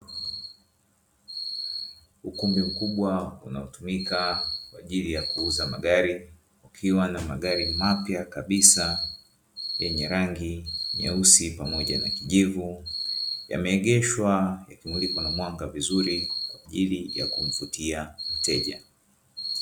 Ukumbi mkubwa unao tumika kwa ajili ya kuuza magari, kukiwa na magari mapya kabisa yenye rangi nyeusi, pamoja na kijivu yameegeshwa. Yakimulikwa na mwanga vizuri kwa ajili kumvutia mteja.